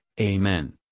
Amen